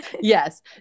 Yes